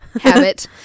habit